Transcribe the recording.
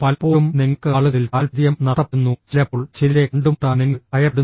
പലപ്പോഴും നിങ്ങൾക്ക് ആളുകളിൽ താൽപര്യം നഷ്ടപ്പെടുന്നു ചിലപ്പോൾ ചിലരെ കണ്ടുമുട്ടാൻ നിങ്ങൾ ഭയപ്പെടുന്നു